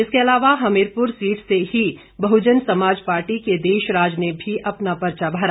इसके अलावा हमीरपुर सीट से ही बहुजन समाज पार्टी के देशराज ने भी अपना पर्चा भरा